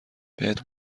بهت